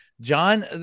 john